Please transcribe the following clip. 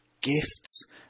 gifts